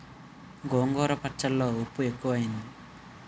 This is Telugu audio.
గోంగూర పచ్చళ్ళో ఉప్పు ఎక్కువైంది